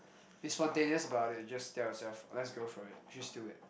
be spontaneous about it and just tell yourself let's go for it just do it